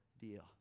deal